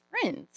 friends